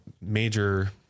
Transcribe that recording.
major